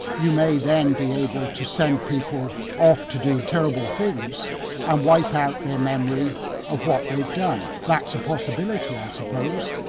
you may then be able to send people off to do terrible things and wipe out their memory of what they've done. that's a possibility i suppose.